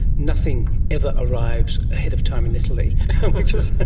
nothing ever arrives ahead of time in italy which was,